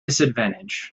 disadvantage